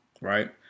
right